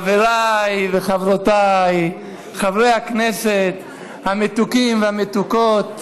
חבריי וחברותיי חברי הכנסת המתוקים והמתוקות